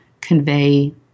convey